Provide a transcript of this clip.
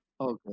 Okay